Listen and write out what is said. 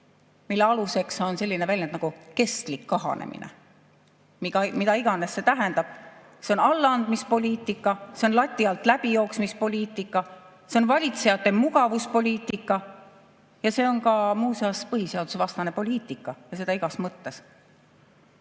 mille aluseks on väljend "kestlik kahanemine", mida iganes see tähendab. See on allaandmispoliitika, see on lati alt läbi jooksmise poliitika, see on valitsejate mugavuspoliitika. See on ka muuseas põhiseadusevastane poliitika ja seda igas mõttes.